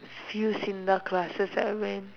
few S_I_N_D_A classes I went